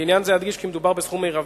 לעניין זה אדגיש כי מדובר בסכום מרבי,